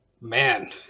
man